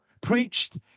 preached